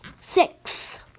Six